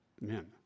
men